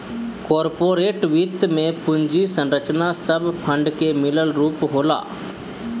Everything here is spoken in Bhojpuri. कार्पोरेट वित्त में पूंजी संरचना सब फंड के मिलल रूप होला